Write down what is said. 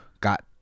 got